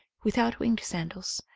without winged sandals,